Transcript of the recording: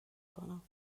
کنم